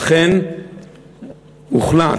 לכן הוחלט,